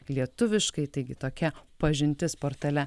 lietuviškai taigi tokia pažintis portale